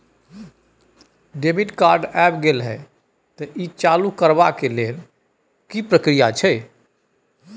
Debit card ऐब गेल हैं त ई चालू करबा के लेल की प्रक्रिया छै?